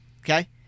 Okay